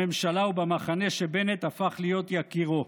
בממשלה ובמחנה שבנט הפך להיות יקירו.